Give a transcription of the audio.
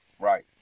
Right